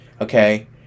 okay